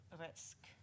risk